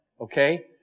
okay